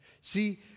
See